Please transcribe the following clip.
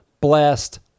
blessed